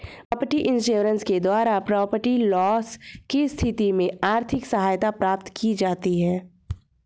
property insurance के द्वारा property loss की स्थिति में आर्थिक सहायता प्राप्त की जाती है